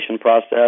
process